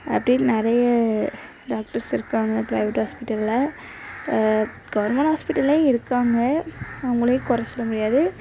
அப்படின்னு நிறைய டாக்டர்ஸ் இருக்காங்க ப்ரைவேட் ஹாஸ்பிட்டலில் கவுர்மெண்ட் ஹாஸ்பிட்டல்லேயும் இருக்காங்க அவங்களையும் குறை சொல்ல முடியாது